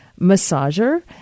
massager